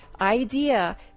Idea